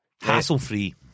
Hassle-free